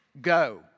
Go